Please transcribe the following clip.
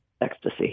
Ecstasy